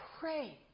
pray